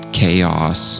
chaos